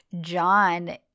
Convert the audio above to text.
John